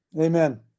Amen